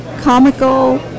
comical